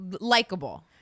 likable